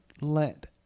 let